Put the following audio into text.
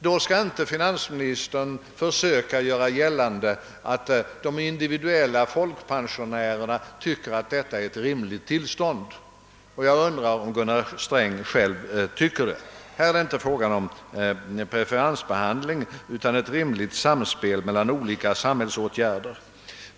Då skall finansministern inte försöka göra gällande att de individuella folkpensionärerna tycker att detta är ett rimligt tillstånd. Jag undrar om Gunnar Sträng själv tycker så. Här är inte fråga om preferensbehandling utan om ett rimligt samspel mellan olika samhällsåtgärder.